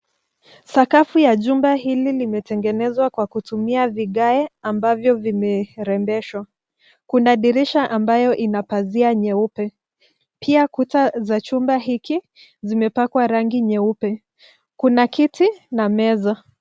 Sakafu ya jumba hili limetengenezwa kwa kutumia vigai ambavyo vimerembeshwa. Kuna dirisha ambayo ina pazia nyeupe, pia kuta za chumba hiki, zimepakwa rangi nyeupe. Kuna kiti na meza.